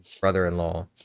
brother-in-law